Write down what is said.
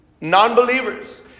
non-believers